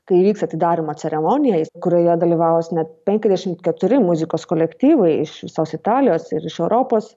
kai įvyks atidarymo ceremonija kurioje dalyvaus net penkiasdešimt keturi muzikos kolektyvai iš visos italijos ir iš europos